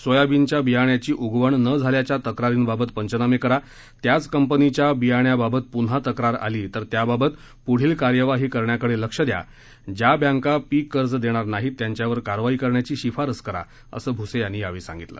सोयाबीनच्या बियाण्याची उगवण न झाल्याच्या तक्रारींबाबत पंचनामे करा त्याच कंपनीच्या बियाण्याबाबत पुन्हा तक्रार आली तर त्याबाबत पुढील कार्यवाही करण्याकडे लक्ष द्याज्या बँका पीककर्ज देणार नाहीत त्यांच्यावर कारवाई करण्याची शिफारस करा असं भुसे यांनी यावेळी सांगितलं